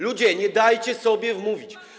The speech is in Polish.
Ludzie, nie dajcie sobie wmówić.